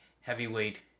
Heavyweight